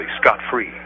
scot-free